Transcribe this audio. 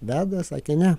veda sakė ne